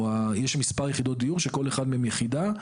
או יש מספר יחידות דיור שכל אחד מהם יחידה,